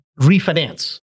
refinance